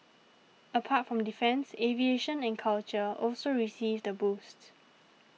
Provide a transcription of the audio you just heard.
apart from defence aviation and culture also received a boost